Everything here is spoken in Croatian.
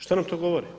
Šta nam to govori?